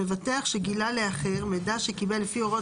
מבטח שגילה לאחר מידע שקיבל לפי הוראות